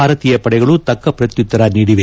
ಭಾರತೀಯ ಪಡೆಗಳು ತಕ್ಕ ಪ್ರತ್ಯುತ್ತರ ನೀಡಿವೆ